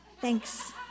Thanks